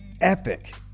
epic